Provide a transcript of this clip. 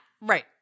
Right